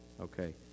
Okay